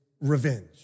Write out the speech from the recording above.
revenge